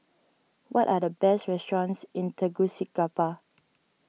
what are the best restaurants in Tegucigalpa